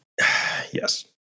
Yes